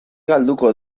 galduko